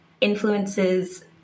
influences